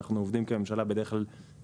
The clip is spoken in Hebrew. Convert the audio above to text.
אנחנו כממשלה עובדים בדרך כלל ביחד,